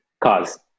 Cause